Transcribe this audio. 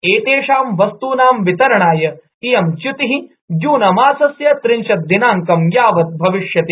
एतेषां वस्तूनां वितरणाय इयं च्युतिः जूनमासस्य त्रिंशत दिनाङ्कं यावत भभविष्यति